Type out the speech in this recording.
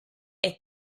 est